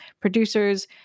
producers